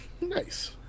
Nice